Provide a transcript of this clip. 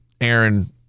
Aaron